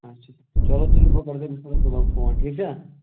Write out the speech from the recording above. اَچھا چلو تیٚلہِ بہٕ کَرو تۄہہِ تَمہِ دۅہ صُبحن فون ٹھیٖک چھا